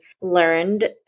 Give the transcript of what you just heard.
learned